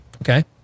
okay